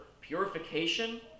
purification